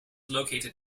located